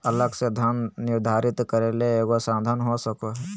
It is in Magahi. अलग से धन निर्धारित करे के एगो साधन हो सको हइ